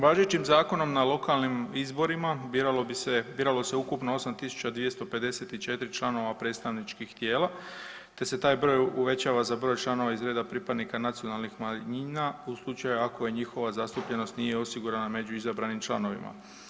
Važećim zakonom na lokalnim izborima biralo se ukupno 8.254 članova predstavničkih tijela te se taj broj uvećava za broj članova iz reda pripadnika nacionalnih manjina u slučaju ako je njihova zastupljenost nije osigurana među izabranim članovima.